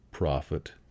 prophet